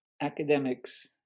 academics